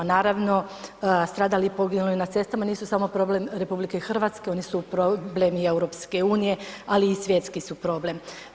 Naravno stradali i poginuli na cestama nisu samo problem RH oni su problem i EU, ali i svjetski su problem.